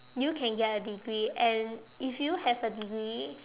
you can get a degree and if you have a degree